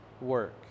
work